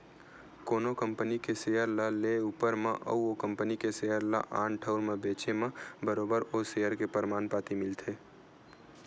कोनो कंपनी के सेयर ल लेए ऊपर म अउ ओ कंपनी के सेयर ल आन ठउर म बेंचे म बरोबर ओ सेयर के परमान पाती मिलथे